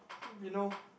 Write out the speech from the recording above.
you know